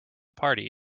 party